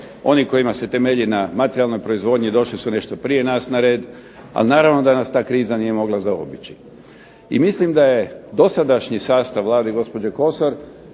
oni kojima se temelji na materijalnoj proizvodnji došli su nešto prije nas na red, ali naravno da nas ta kriza nije mogla zaobići. I mislim da je dosadašnji sastav Vlade gospođe Kosor